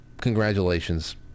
Congratulations